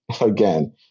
again